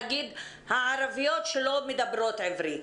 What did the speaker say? נגיד הערביות שלא מדברות עברית.